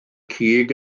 cig